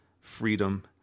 freedom